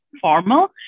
formal